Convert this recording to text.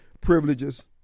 privileges